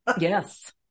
yes